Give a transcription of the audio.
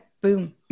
boom